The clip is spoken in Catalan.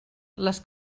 les